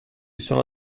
sono